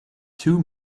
two